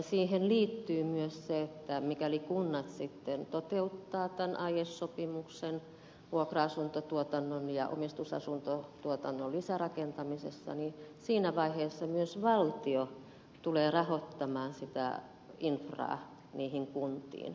siihen liittyy myös se että mikäli kunnat toteuttavat tämän aiesopimuksen vuokra asuntotuotannon ja omistusasuntotuotannon lisärakentamisesta niin siinä vaiheessa myös valtio tulee rahoittamaan sitä infraa niihin kuntiin